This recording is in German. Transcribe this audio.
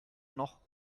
noch